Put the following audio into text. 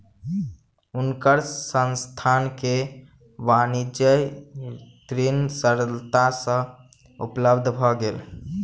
हुनकर संस्थान के वाणिज्य ऋण सरलता सँ उपलब्ध भ गेल